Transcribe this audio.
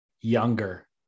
younger